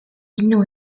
know